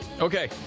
Okay